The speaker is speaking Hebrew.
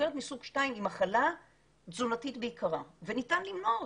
סכרת מסוג 2 היא מחלה תזונתית בעיקרה וניתן למנוע אותה.